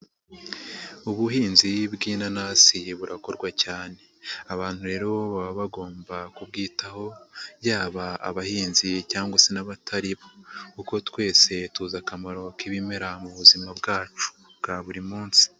Ubuhinzi bw'inanasi burakorwa cyane, abantu rero baba bagomba kubwitaho yaba abahinzi cyangwa se n'abatari bo, kuko twese tuzi akamaro k'ibimera mu buzima bwacu bwa buri munsi.